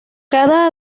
cada